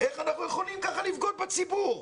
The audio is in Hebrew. איך אנחנו יכולים כך לבגוד בציבור?